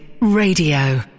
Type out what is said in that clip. Radio